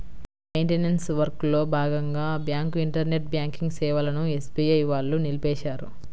maintenance వర్క్లో భాగంగా bank internet banking సేవలను ఎస్బీఐ వాళ్ళు నిలిపేశారు